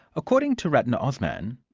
according to ratna osman,